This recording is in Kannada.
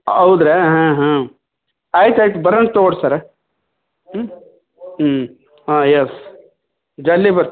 ಹೌದ್ರ್ಯಾ ಹಾಂ ಹಾಂ ಆಯ್ತು ಆಯ್ತು ಬರಣ್ ತಗೊಳ್ಳಿ ರೀ ಸರ್ ಹ್ಞೂ ಹ್ಞೂ ಹಾಂ ಎಸ್ ಜಲ್ದಿ ಬರ್ತೀರಿ